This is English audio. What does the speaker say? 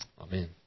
Amen